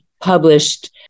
published